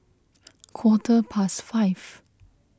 quarter past five